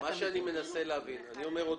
אני אומר שוב: